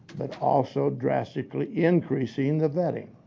but also drastically increasing the vetting.